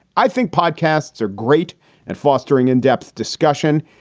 i think podcasts are great at fostering in-depth discussion,